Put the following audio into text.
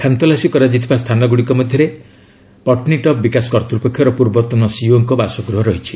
ଖାନତଲାସୀ କରାଯାଇଥିବା ସ୍ଥାନଗୁଡ଼ିକ ମଧ୍ୟରେ ପଟନୀଟପ୍ ବିକାଶ କର୍ତ୍ତୃପକ୍ଷର ପୂର୍ବତନ ସିଇଓଙ୍କ ବାସଗୃହ ରହିଛି